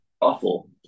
awful